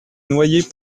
noyers